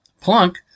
Plunk